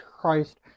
Christ